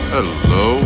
Hello